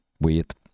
Weird